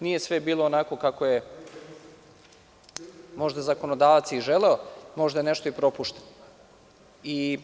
Nije sve bilo onako kako je možda zakonodavac i želeo, a možda je nešto i propušteno.